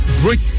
Break